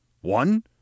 One